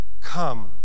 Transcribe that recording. come